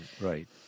Right